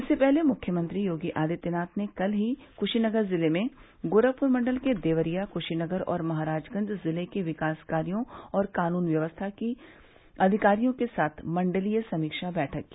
इससे पहले मुख्यमंत्री योगी आदित्यनाथ ने कल ही कुशीनगर जिले में गोरखपुर मण्डल के देवरिया कुशीनगर और महाराजगंज ज़िलों के विकास कार्यो और कानून व्यवस्था की अधिकारियों के साथ मण्डलीय समीक्षा बैठक की